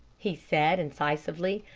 he said incisively.